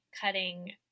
cutting